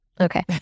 Okay